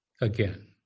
again